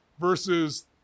versus